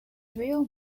real